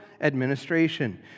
administration